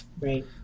right